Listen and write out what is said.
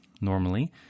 normally